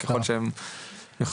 ככול שהם יוכלו,